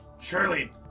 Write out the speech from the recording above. Surely